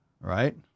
Right